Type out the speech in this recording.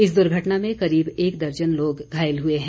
इस दुर्घटना में करीब एक दर्जन लोग घायल हुए हैं